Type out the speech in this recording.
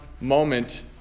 moment